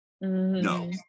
No